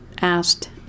asked